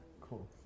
Cool